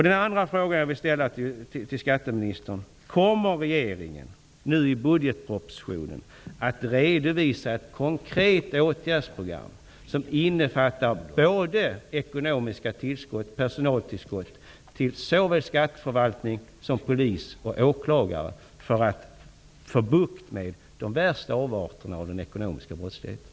Den andra frågan jag vill ställa är: Kommer regeringen nu i budgetpropositionen att redovisa ett konkret åtgärdsprogram, som innefattar både ekonomiska tillskott och personaltillskott till såväl skatteförvaltning som polis och åklagare, för att få bukt med de värsta avarterna av den ekonomiska brottsligheten?